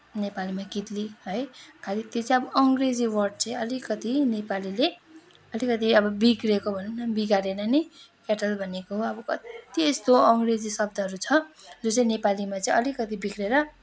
नेपालीमा कितली है खालि त्यो चाहिँ अब अङ्ग्रेजी वर्ड चाहिँ अलिकति नेपालीले अलिकति अब बिग्रेको भनौँ न बिगारेर नै केटल भनेको हो अब कति त्यस्तो अङ्ग्रेजी शब्दहरू छ जो चाहिँ नेपालीमा अलिकति बिग्रेर